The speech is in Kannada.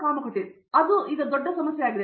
ಕಾಮಕೋಟಿ ಅದು ದೊಡ್ಡ ಸಮಸ್ಯೆಯಾಗುತ್ತದೆ